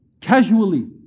casually